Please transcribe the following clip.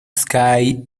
sky